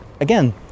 again